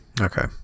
Okay